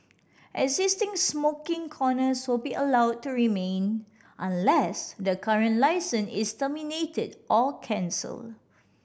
existing smoking corners will be allowed to remain unless the current licence is terminated or cancelled